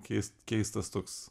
keist keistas toks